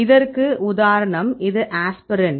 இதற்கு உதாரணம் இது ஆஸ்பிரின்